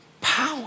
Power